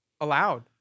allowed